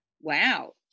Wow